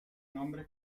nombre